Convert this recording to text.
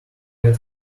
get